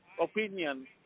opinion